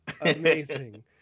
Amazing